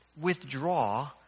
withdraw